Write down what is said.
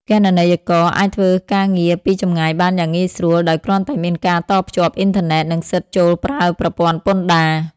គណនេយ្យករអាចធ្វើការងារពីចម្ងាយបានយ៉ាងងាយស្រួល ដោយគ្រាន់តែមានការតភ្ជាប់អ៊ីនធឺណិត និងសិទ្ធិចូលប្រើប្រព័ន្ធពន្ធដារ។